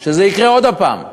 זה יקרה עוד הפעם.